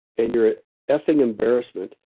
and you're effing embarrassment,